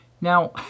Now